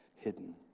hidden